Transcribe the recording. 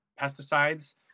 pesticides